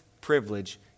privilege